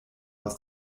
aus